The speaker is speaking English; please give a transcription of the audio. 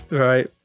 Right